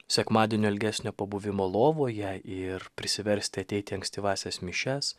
sekmadienio ilgesnio pabuvimo lovoje ir prisiversti ateiti į ankstyvąsias mišias